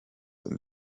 and